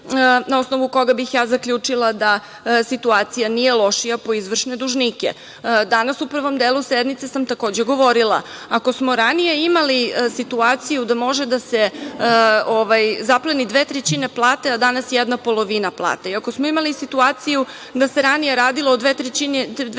na osnovu koga bih ja zaključila da situacija nije lošija po izvršne dužnike. Danas u prvom delu sednice sam takođe govorila, ako smo ranije imali situaciju da može da se zapleni dve trećine plate a danas jedna polovina plate, i ako smo imali situaciju da se ranije radilo o dve trećine